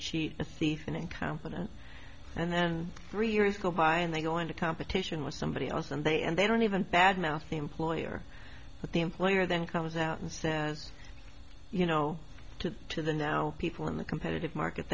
cheat a thief and incompetent and then three years go by and they go into competition with somebody else and they and they don't even bad mouth the employer but the employer then comes out and says you know to to the now people in the competitive market